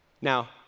Now